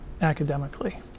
academically